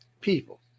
People